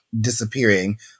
disappearing